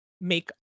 make